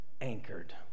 Anchored